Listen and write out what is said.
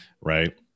right